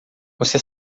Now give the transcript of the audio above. você